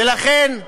ולכן,